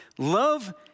Love